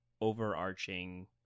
overarching